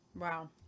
Wow